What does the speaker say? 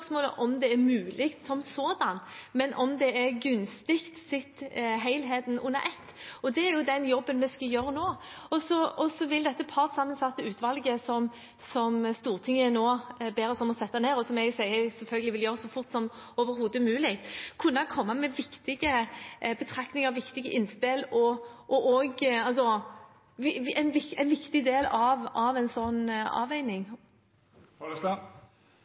mulig som sådan, men om det er gunstig, helheten sett under ett. Det er den jobben vi skal gjøre nå. Så vil dette partssammensatte utvalget som Stortinget nå ber oss om å sette ned, noe jeg selvfølgelig vil gjøre så fort som overhodet mulig, kunne komme med viktige betraktninger og viktige innspill – en viktig del av en